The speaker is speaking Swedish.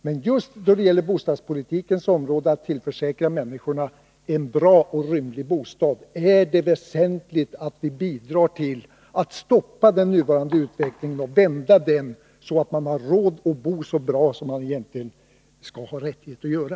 Men just på bostadspolitikens område, då det gäller att tillförsäkra människorna en bra och rymlig bostad, är det väsentligt att vi bidrar till att stoppa den nuvarande utvecklingen och vända den, så att människor har råd att bo så bra som de egentligen har rättighet att göra.